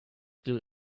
glued